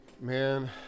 Man